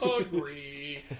Agree